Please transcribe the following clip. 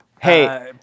Hey